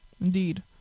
Indeed